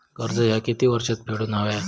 कर्ज ह्या किती वर्षात फेडून हव्या?